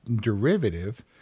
derivative